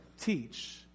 teach